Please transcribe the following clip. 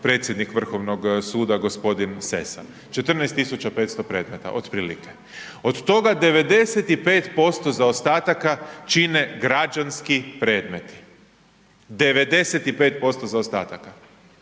predsjednik Vrhovnog suda g. Sesa, 14,500 predmeta otprilike. Od toga 95% zaostataka čine građanski predmeti,. 95% zaostataka.